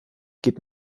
geht